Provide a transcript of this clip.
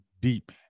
deep